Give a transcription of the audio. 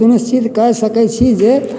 सुनिश्चित कए सकैत छी जे